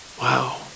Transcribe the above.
Wow